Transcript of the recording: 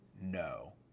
no